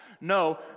no